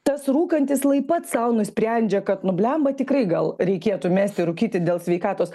tas rūkantis lai pats sau nusprendžia kad nu blemba tikrai gal reikėtų mesti rūkyti dėl sveikatos